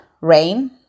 rain